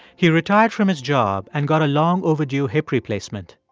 he retired from his job and got a long-overdue hip replacement.